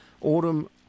Autumn